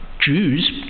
Jews